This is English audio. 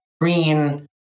green